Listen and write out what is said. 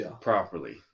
properly